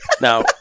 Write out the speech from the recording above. now